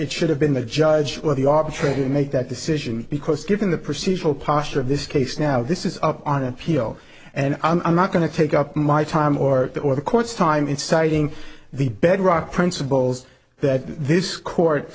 it should have been the judge or the option to make that decision because given the procedural posture of this case now this is up on appeal and i'm not going to take up my time or the or the court's time in citing the bedrock principles that this court